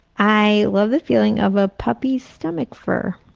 i love the feeling of a puppy's stomach fur.